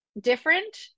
different